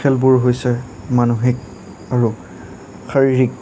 খেলবোৰ হৈছে মানসিক আৰু শাৰীৰিক